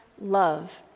love